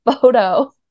photo